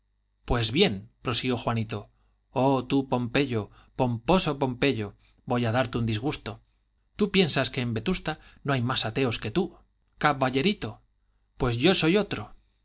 aprobado pues bien prosiguió juanito oh tú pompeyo pomposo pompeyo voy a darte un disgusto tú piensas que en vetusta no hay más ateos que tú caballerito pues yo soy otro